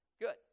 Good